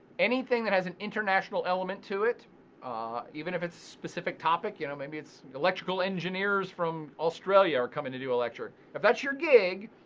anything that has an international element to it even if it's a specific topic. you know maybe it's electrical engineers from australia are coming to do a lecture. if that's your gig,